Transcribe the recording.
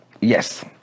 Yes